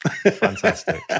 fantastic